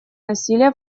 насилия